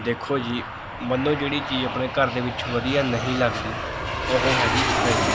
ਦੇਖੋ ਜੀ ਮੈਨੂੰ ਜਿਹੜੀ ਚੀਜ਼ ਆਪਣੇ ਘਰ ਦੇ ਵਿੱਚ ਵਧੀਆ ਨਹੀਂ ਲੱਗਦੀ ਉਹ ਹੈਗੀ ਫਰਿੱਜ